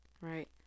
right